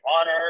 honor